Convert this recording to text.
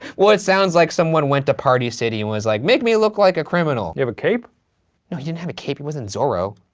well, it sounds like someone went to party city and was like, make me look like a criminal. he have a cape? no, he didn't have a cape. he wasn't zorro.